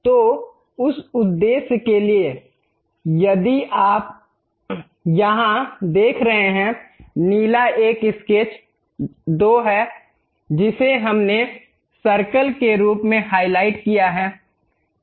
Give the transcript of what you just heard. तो उस उद्देश्य के लिए यदि आप यहां देख रहे हैं नीला एक स्केच 2 है जिसे हमने सर्कल के रूप में हाइलाइट किया है